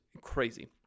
crazy